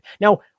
Now